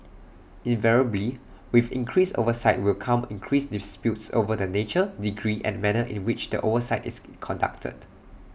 invariably with increased oversight will come increased disputes over the nature degree and manner in which the oversight is conducted